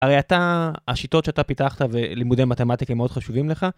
הרי אתה, השיטות שאתה פיתחת ולימודי מתמטיקה הם מאוד חשובים לך?